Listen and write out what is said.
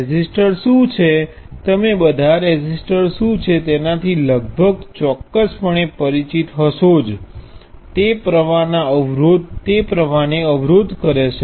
resistor શું છે તમે બધા રેઝિસ્ટર શું છે તેનાથી લગભગ ચોક્કસપણે પરિચિત છો તે પ્રવાહનો અવરોધ કરે છે